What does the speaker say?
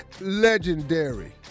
legendary